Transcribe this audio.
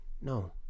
No